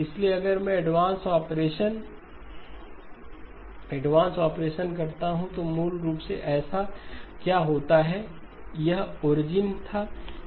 इसलिए अगर मैं एडवांस ऑपरेशन एडवांस ऑपरेशन करता हूं तो मूल रूप से ऐसा क्या होता है यह ओरिजिन था